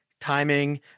timing